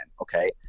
Okay